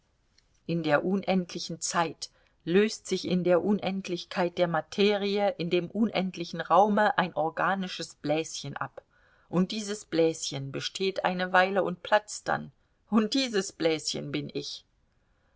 in der unendlichen zeit löst sich in der unendlichkeit der materie in dem unendlichen raume ein organisches bläschen ab und dieses bläschen besteht eine weile und platzt dann und dieses bläschen bin ich